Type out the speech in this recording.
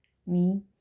मी